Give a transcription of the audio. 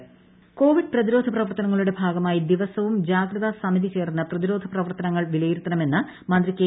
Shailaja Kannur Covid പ്രതിരോധ പ്രവർത്തനങ്ങളുടെ ഭാഗമായി ദിവസവും ജാഗ്രതാസമിതി ചേർന്ന് പ്രതിരോധപ്രവർത്തനങ്ങൾ വിലയിരുത്തണമെന്ന് മന്ത്രി കെ